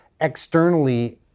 externally